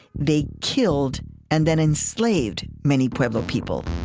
they killed and then enslaved many pueblo people